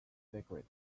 sacred